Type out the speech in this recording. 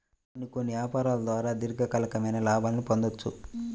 కొన్ని కొన్ని యాపారాల ద్వారా దీర్ఘకాలికమైన లాభాల్ని పొందొచ్చు